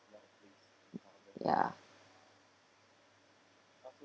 ya